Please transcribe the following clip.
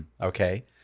Okay